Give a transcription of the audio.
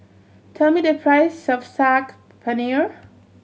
tell me the price of Saag Paneer